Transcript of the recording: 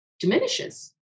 diminishes